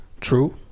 True